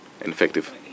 effective